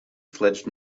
fledged